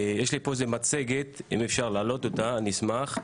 יש לי פה מצגת, אם אפשר להעלות אותה, אני אשמח.